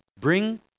Bring